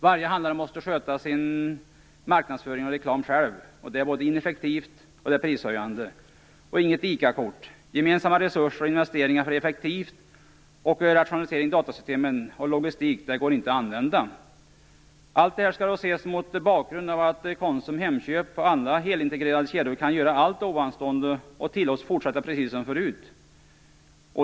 Varje handlare måste sköta sin marknadsföring och reklam själv. Det är både ineffektivt och prishöjande. Inget ICA-kort. Gemensamma resurser och investeringar för effektivisering och rationalisering av datasystemen och logistik går inte att använda. Allt detta skall ses mot bakgrund av att Konsum, Hemköp och andra helintegrerade kedjor kan göra allt ovanstående och tillåts fortsätta precis som förut.